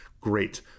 great